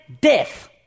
death